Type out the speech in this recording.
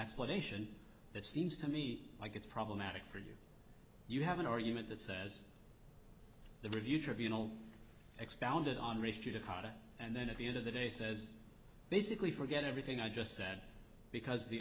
explanation that seems to me like it's problematic for you you have an argument that says the review tribunal expounded on race judicata and then at the end of the day says basically forget everything i just said because the